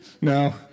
No